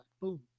boom